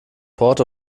port